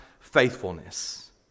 faithfulness